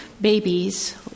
babies